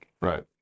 right